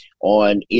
on